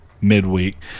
Midweek